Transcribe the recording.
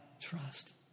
trust